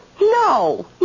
No